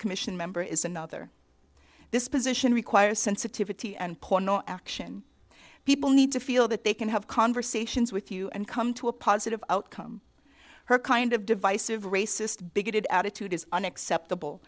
commission member is another this position requires sensitivity and porno action people need to feel that they can have conversations with you and come to a positive outcome her kind of divisive racist bigoted attitude is unacceptable